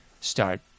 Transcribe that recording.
start